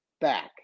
back